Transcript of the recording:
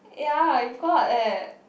ya you got eh